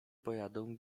pojadą